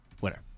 Winner